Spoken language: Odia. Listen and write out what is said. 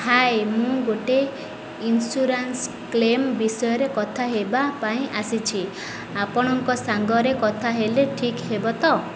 ହାଏ ମୁଁ ଗୋଟେ ଇନ୍ସୁରାନ୍ସ କ୍ଲେମ୍ ବିଷୟରେ କଥା ହେବା ପାଇଁ ଆସିଛି ଆପଣଙ୍କ ସାଙ୍ଗରେ କଥା ହେଲେ ଠିକ୍ ହେବ ତ